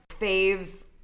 Fave's